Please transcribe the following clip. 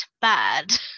bad